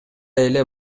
эле